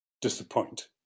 disappoint